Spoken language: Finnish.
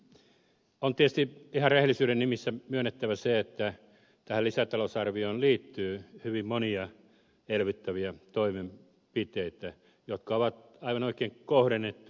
on tietysti ihan rehellisyyden nimissä myönnettävä se että tähän lisätalousarvioon liittyy hyvin monia elvyttäviä toimenpiteitä jotka ovat aivan oikein kohdennettuja